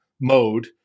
mode